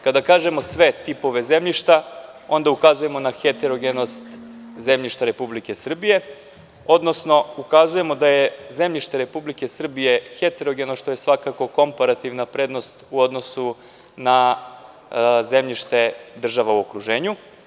Kada kažemo na sve tipove zemljišta, onda ukazujemo na heterogenost zemljišta Republike Srbije, odnosno ukazujemo da je zemljište Republike Srbije heterogeno što je svakako komparativna prednost u odnosu na zemljište država u okruženju.